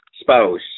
spouse